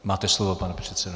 Máte slovo, pane předsedo.